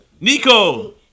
Nico